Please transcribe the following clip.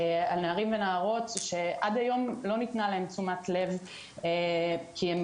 על נערים ונערות שעד היום לא ניתנה להם תשומת לב כי הם